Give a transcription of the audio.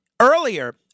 Earlier